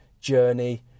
journey